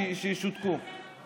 שישותקו.